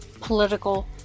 political